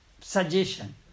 suggestion